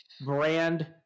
brand